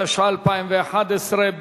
התשע"א 2011,